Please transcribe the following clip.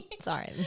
sorry